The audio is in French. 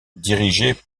dirigée